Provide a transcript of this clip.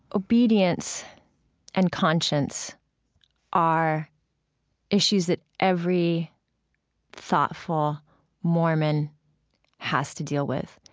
obedience and conscience are issues that every thoughtful mormon has to deal with.